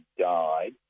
died